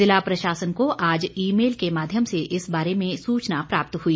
ज़िला प्रशासन को आज ई मेल के माध्यम से इस बारे में सूचना प्राप्त हुई